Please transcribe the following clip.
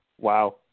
wow